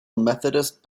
methodist